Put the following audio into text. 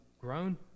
grown